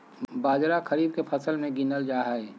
बाजरा खरीफ के फसल मे गीनल जा हइ